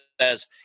says